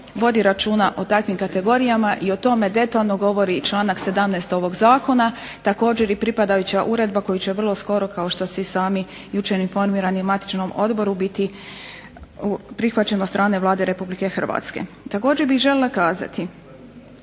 vodi računa o takvim kategorijama i o tome detaljno govori članak 17. ovog zakona, također i pripadajuća uredba koju će vrlo skoro kao što ste i sami jučer informirani na matičnom odboru biti prihvaćen od strane Vlade RH. Također bih željela kazati